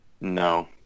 No